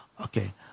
okay